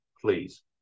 please